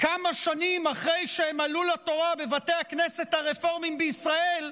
כמה שנים אחרי שהם עלו לתורה בבתי הכנסת הרפורמיים בישראל,